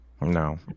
No